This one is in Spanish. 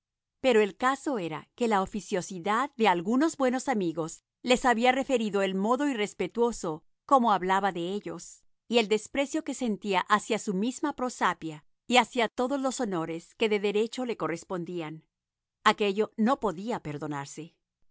pero el caso era que la oficiosidad de algunos buenos amigos les había referido el modo irrespetuoso como hablaba de ellos y el desprecio que sentía hacia su j misma prosapia y hacia todos los honores que de derecho le correspondían aquello no podía perdonarse